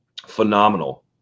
Phenomenal